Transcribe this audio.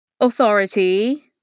authority